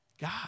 God